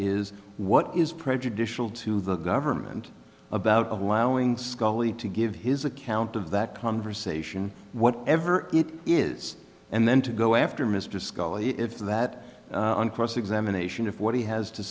is what is prejudicial to the government about allowing scully to give his account of that conversation whatever it is and then to go after mr scalia if that on cross examination of what he has to